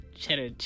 cheddar